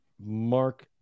Mark